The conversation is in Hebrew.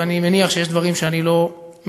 ואני מניח שיש דברים שאני לא מכיר,